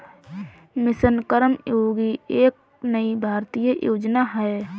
mission Karmayogi एक नई भारतीय योजना है